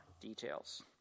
details